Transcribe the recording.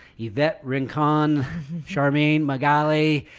yvette rin con charmaine magali,